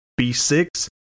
B6